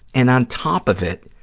and on top of it,